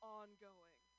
ongoing